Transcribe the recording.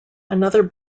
another